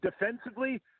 defensively